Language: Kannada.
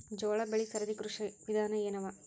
ಜೋಳ ಬೆಳಿ ಸರದಿ ಕೃಷಿ ವಿಧಾನ ಎನವ?